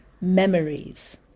memories